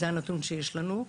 זה הנתון שיש לנו,